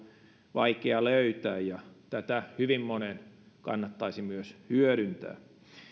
vaikea löytää ja tätä hyvin monen kannattaisi myös hyödyntää